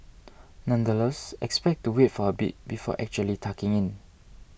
nonetheless expect to wait for a bit before actually tucking in